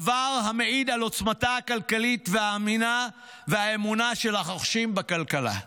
דבר המעיד על עוצמתה הכלכלית והאמונה של הרוכשים בכלכלה.